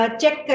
check